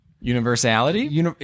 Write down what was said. Universality